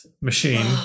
machine